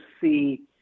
see